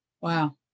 Wow